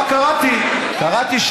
קראת בעיתון.